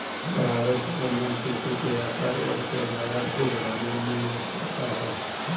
परागण प्रबंधन खेतों के आकार और पैदावार को बढ़ाने में मदद करता है